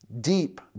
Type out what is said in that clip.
deep